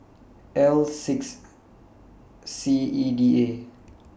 L six C E D A